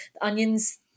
Onions